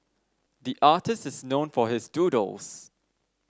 the artist is known for his doodles